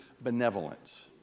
benevolence